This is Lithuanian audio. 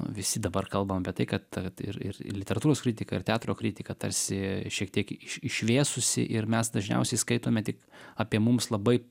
visi dabar kalbam apie tai kad ir ir literatūros kritika ir teatro kritika tarsi šiek tiek iš išvėsusi ir mes dažniausiai skaitome tik apie mums labai